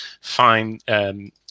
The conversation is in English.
find